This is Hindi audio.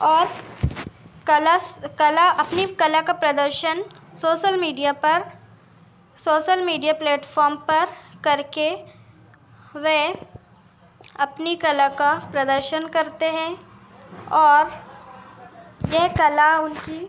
और कलस कला अपनी कला का प्रदर्शन सोसल मीडिया पर सोसल मीडिया प्लेटफ़ॉम पर करके वे अपनी कला का प्रदर्शन करते हैं और यह कला उनकी